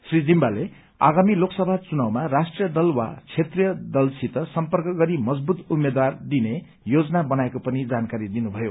श्री जिम्बाले आगामी लोकसभा चुनावमा राष्ट्रीय दल वा क्षेत्रीय दलसित सम्पर्क गरी मजबूत उम्मेद्वार दिने योजना बनाएको पनि जानकारी दिनुभयो